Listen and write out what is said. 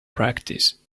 practice